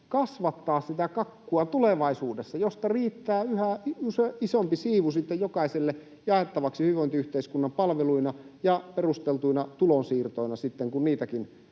kasvattaa tulevaisuudessa sitä kakkua, josta riittää yhä isompi siivu sitten jokaiselle jaettavaksi hyvinvointiyhteiskunnan palveluina ja perusteltuina tulonsiirtoina sitten kun niitäkin